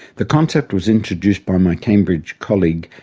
the concept was introduced by my cambridge colleague,